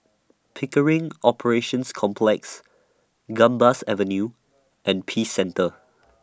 Pickering Operations Complex Gambas Avenue and Peace Centre